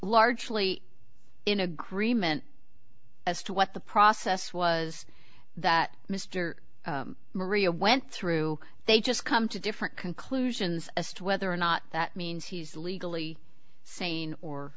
largely in agreement as to what the process was that mr maria went through they just come to different conclusions as to whether or not that means he's legally sane or